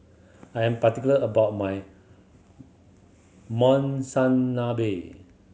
I am particular about my Monsunabe